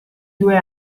due